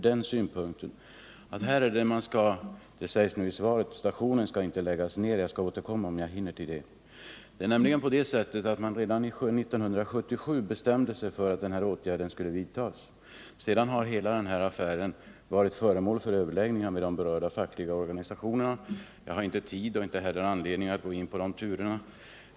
Det sägs i svaret att stationen inte skall läggas ned. Jag skall återkomma till det, om jag hinner. Det är nämligen så att man redan 1977 bestämde att denna åtgärd skulle vidtas. Sedan har hela denna affär varit föremål för överläggningar med de berörda fackliga organisationerna. Jag har inte tid och inte heller anledning att gå in på de turerna.